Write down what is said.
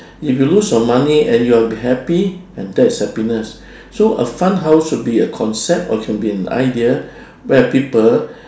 if you lose your money and you are be happy and that's happiness so a fun house should be a concept or it can be an idea where people